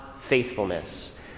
faithfulness